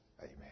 amen